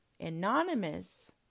anonymous